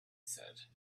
said